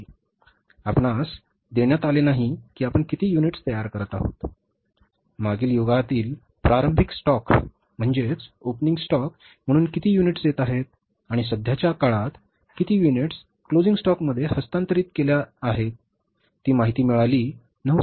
आपणास देण्यात आले नाही की आपण किती युनिट्स तयार करीत आहोत मागील युगातील प्रारंभिक स्टॉक हस्तांतरित केल्या आहेत ती माहिती मिळाली नव्हती